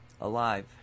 alive